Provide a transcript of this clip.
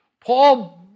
Paul